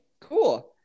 cool